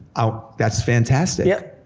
ah that's fantastic. yeah.